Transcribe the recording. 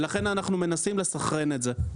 לכן, אנחנו מנסים לסנכרן את זה.